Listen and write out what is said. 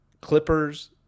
Clippers